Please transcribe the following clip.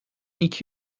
iki